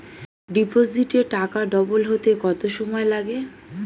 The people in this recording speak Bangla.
ডিপোজিটে টাকা ডবল হতে কত সময় লাগে?